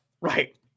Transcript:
right